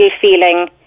feeling